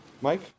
Mike